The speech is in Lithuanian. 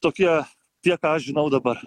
tokie tiek ką aš žinau dabar